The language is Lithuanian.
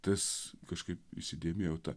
tas kažkaip įsidėmėjau tą